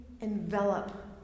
envelop